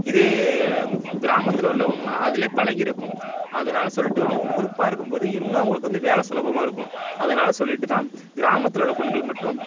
இதே கிராமத்தில் உள்ளவங்கலாம் அதிலே பழகியிருக்கும் அதனால சொல்லிட்டு அவங்க குரூப்பாக இருக்கும்போது இன்னும் அவங்களுக்கு வந்து வேலை சுலபமாக இருக்கும் அதனால சொல்லிட்டு தான் கிராமத்தில் உள்ள பெண்களுக்கு மட்டும்